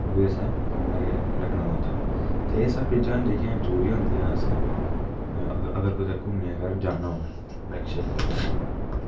ओह्बी असें कन्नै गै रखना पौंदा ते एह् सब चीज़ां न जेह्कियां जरूरी होंदियां असें अगर कुदै घूमने जाना होऐ बाइक शाइक उप्पर